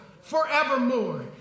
forevermore